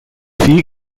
viel